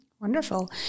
wonderful